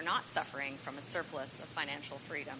are not suffering from a surplus of financial freedom